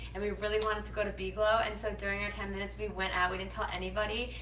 and we really wanted to go to b glow. and so during our ten minutes, we went out. we didn't tell anybody.